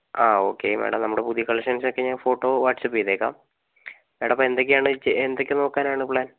ആ okay madam നമ്മുടെ പുതിയ കളക്ഷൻസൊക്കെ ഞാൻ ഫോട്ടോ വാട്ട്സപ്പ് ചെയ്തേക്കാം മേഡം അപ്പം എന്തൊക്കെ നോക്കാനാണ് പ്ലാൻ